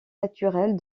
naturelle